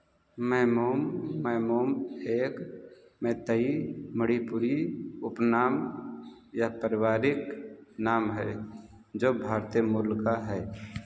मैमोम मैमोम एक मैत्तेई मणिपुरी उपनाम या परिवारिक नाम है जो भारतीय मूल का है